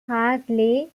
hartley